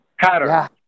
pattern